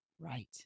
Right